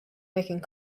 making